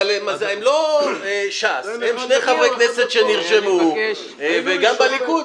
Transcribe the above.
הם לא ש"ס, הם שני חברי כנסת שנרשמו, וגם בליכוד,